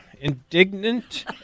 indignant